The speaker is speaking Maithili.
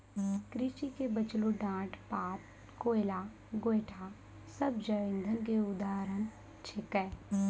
कृषि के बचलो डांट पात, कोयला, गोयठा सब जैव इंधन के उदाहरण छेकै